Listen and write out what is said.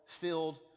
filled